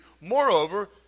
moreover